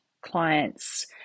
clients